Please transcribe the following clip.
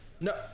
No